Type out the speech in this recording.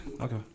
Okay